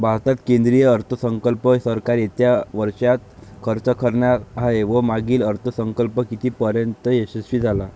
भारतात केंद्रीय अर्थसंकल्प सरकार येत्या वर्षात खर्च करणार आहे व मागील अर्थसंकल्प कितीपर्तयंत यशस्वी झाला